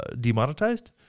demonetized